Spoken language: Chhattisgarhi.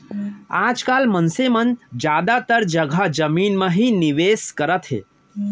आज काल मनसे मन जादातर जघा जमीन म ही निवेस करत हे